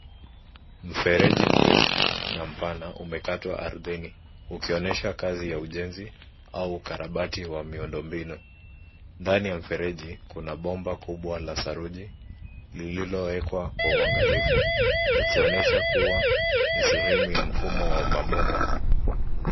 Mfereji mrefu na mpana umekatwa ardhini, ukionyesha kazi ya ujenzi au ukarabati wa miundo mbinu. Ndani ya mfereji, kuna bomba kubwa la saruji lililowekwa kwa uangalifu, likionyesha kuwa ni sehemu ya mfumo wa mabomba.